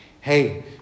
hey